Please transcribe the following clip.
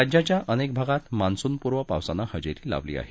राज्याच्या अनेक भागात मान्सूनपूर्व पावसानं हजेरी लावली आहे